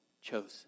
chosen